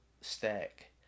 stack